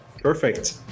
perfect